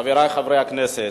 חברי חברי הכנסת,